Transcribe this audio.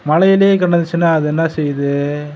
மழைலேயே கிடந்துச்சுன்னா அது என்ன செய்யுது